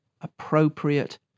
appropriate